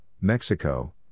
Mexico